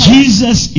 Jesus